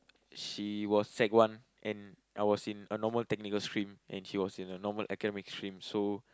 she was sec-one and I was in a normal technical stream and she was in a normal academic stream so